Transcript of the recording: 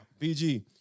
BG